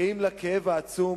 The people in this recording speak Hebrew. קהים לכאב העצום,